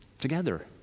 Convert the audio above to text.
together